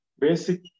basic